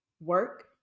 work